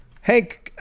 Hank